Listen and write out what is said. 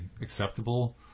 acceptable